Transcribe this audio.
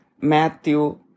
Matthew